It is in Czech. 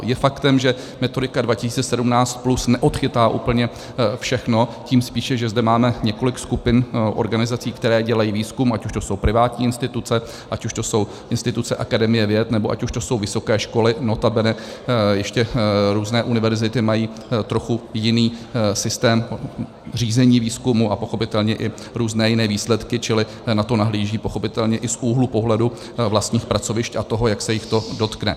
Je faktem, že Metodika 2017+ neodchytá úplně všechno, tím spíše, že zde máme několik skupin organizací, které dělají výzkum, ať už to jsou privátní instituce, ať už to jsou instituce Akademie věd, nebo ať už to jsou vysoké školy, notabene ještě různé univerzity mají trochu jiný systém řízení výzkumu a pochopitelně i různé jiné výsledky, čili na to nahlížejí pochopitelně i z úhlu pohledu vlastních pracovišť a toho, jak se jich to dotkne.